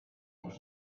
much